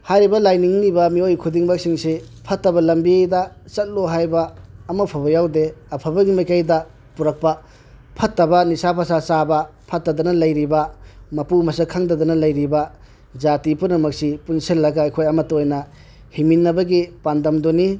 ꯍꯥꯏꯔꯤꯕ ꯂꯥꯏꯅꯤꯡꯂꯤꯕ ꯃꯤꯑꯣꯏ ꯈꯨꯗꯤꯡꯃꯛꯁꯤꯡꯁꯤ ꯐꯠꯇꯕ ꯂꯝꯕꯤꯗ ꯆꯠꯂꯨ ꯍꯥꯏꯕ ꯑꯃ ꯐꯥꯎꯕ ꯌꯥꯎꯗꯦ ꯑꯐꯕꯒꯤ ꯃꯥꯏꯀꯩꯗ ꯄꯨꯔꯛꯄ ꯐꯠꯇꯕ ꯅꯤꯁꯥ ꯄꯁꯥ ꯆꯥꯕ ꯐꯠꯇꯗꯅ ꯂꯩꯔꯤꯕ ꯃꯄꯨ ꯃꯁꯛ ꯈꯪꯗꯗꯅ ꯂꯩꯔꯤꯕ ꯖꯥꯇꯤ ꯄꯨꯝꯅꯃꯛꯁꯤ ꯄꯨꯟꯁꯤꯜꯂꯒ ꯑꯩꯈꯣꯏ ꯑꯃꯠꯇ ꯑꯣꯏꯅ ꯍꯤꯡꯃꯤꯟꯅꯕꯒꯤ ꯄꯥꯟꯗꯝꯗꯨꯅꯤ